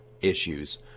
issues